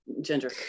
Ginger